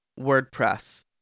WordPress